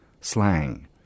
slang